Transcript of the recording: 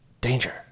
Danger